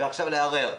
עכשיו הוא צריך לערער.